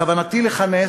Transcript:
בכוונתי לכנס